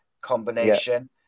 combination